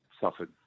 suffered